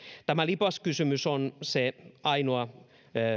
tämä lipaskysymys on se ainoa